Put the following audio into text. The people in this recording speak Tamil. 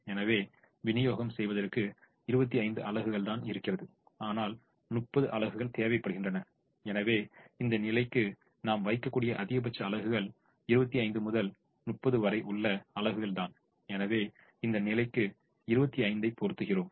எனவே விநியோகம் செய்வதற்கு 25 அலகுகள் தான் இருக்கிறது ஆனால் 30 அலகுகள் தேவைப்படுகின்றன எனவே இந்த நிலைக்கு நாம் வைக்கக்கூடிய அதிகபட்ச அலகுகள் 25 முதல் 30 வரை உள்ள அலகுகள் தான் எனவே இந்த நிலைக்கு 25 ஐ பொறுத்துகிறோம்